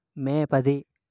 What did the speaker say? మే పది